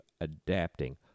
adapting